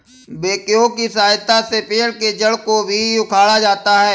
backhoe की सहायता से पेड़ के जड़ को भी उखाड़ा जाता है